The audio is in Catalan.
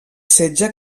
setge